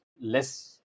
less